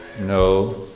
no